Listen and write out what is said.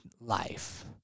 life